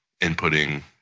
inputting